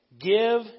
Give